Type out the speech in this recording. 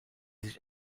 sich